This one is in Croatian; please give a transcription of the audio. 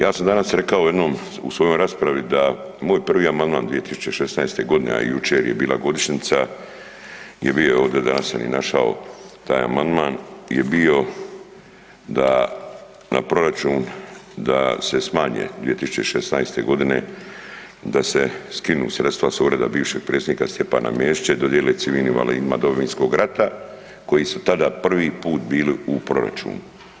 Ja sam danas rekao jednom u svojoj raspravi da moj prvi amandman 2016. godine, a jučer je bila godišnjica je bio ovdje danas sam i našao taj amandman je bio da na proračun da se smanje 2016. godine da se skinu sredstva sa ureda bivšeg predsjednika Stjepana Mesića i dodijele civilnim invalidima Domovinskog rata, koji su tada prvi put bili u proračunu.